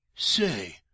Say